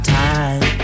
time